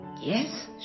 Yes